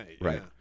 Right